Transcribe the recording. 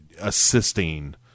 assisting